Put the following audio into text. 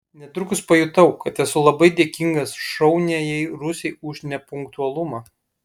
netrukus pajutau kad esu labai dėkingas šauniajai rusei už nepunktualumą